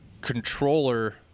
controller